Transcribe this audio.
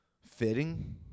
fitting